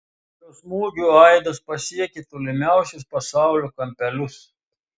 šio smūgio aidas pasiekė tolimiausius pasaulio kampelius